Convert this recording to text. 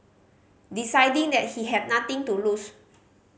deciding that he had nothing to lose